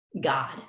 God